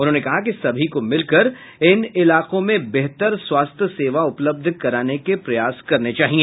उन्होंने कहा कि सभी को मिलकर इन इलाकों में बेहतर स्वास्थ्य सेवा उपलब्ध कराने के प्रयास करने चाहिए